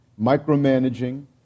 micromanaging